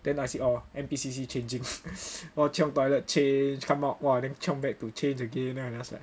then I see oh N_P_C_C changing all chiong toilet change come out !wah! then chiong back to change again then I just like